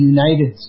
United